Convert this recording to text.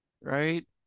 right